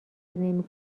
نمی